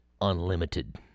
unlimited